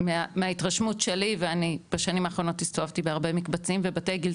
מההתרשמות שלי ואני בשנים האחרונות הסתובבתי בהרבה מקבצים ובתי גיל,